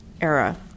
era